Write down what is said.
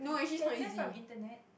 can learn from internet